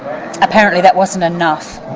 apparently that wasn't enough,